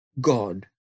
God